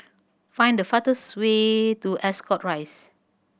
find the fastest way to Ascot Rise